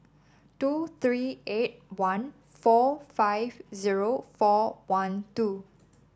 two three eight one four five zero four one two